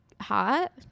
hot